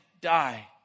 die